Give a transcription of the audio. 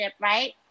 right